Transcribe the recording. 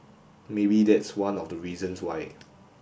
maybe that's one of the reasons why